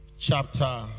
chapter